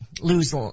lose